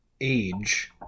age